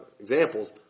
examples